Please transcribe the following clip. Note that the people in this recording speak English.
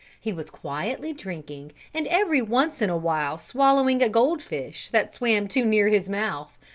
he was quietly drinking and every once in a while swallowing a goldfish that swam too near his mouth,